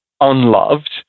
unloved